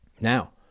Now